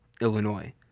Illinois